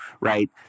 right